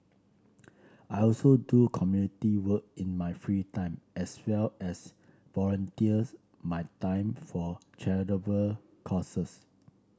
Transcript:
I also do community work in my free time as well as volunteers my time for charitable causes